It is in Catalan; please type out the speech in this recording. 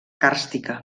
càrstica